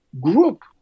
group